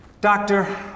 Doctor